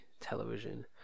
television